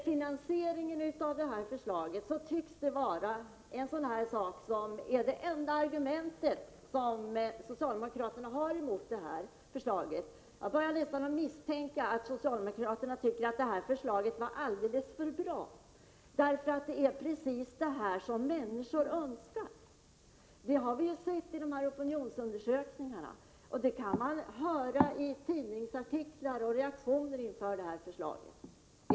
Finansieringen av förslaget tycks vara det enda som socialdemokraterna kan anföra mot förslaget. Jag börjar nästan misstänka att socialdemokraterna tycker att förslaget är alldeles för bra, eftersom det är precis det här som människor önskar. Vid opinionsundersökningarna har vi ju sett vad människorna önskar. Av tidningsartiklar och reaktioner på förslaget kan man ju se hur det ligger till.